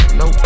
no